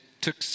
took